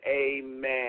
amen